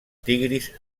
tigris